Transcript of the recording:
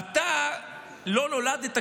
אתה לא נולדת,